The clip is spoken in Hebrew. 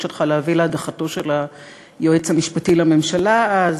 שלך להביא להדחתו של היועץ המשפטי לממשלה אז,